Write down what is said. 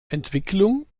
entwicklung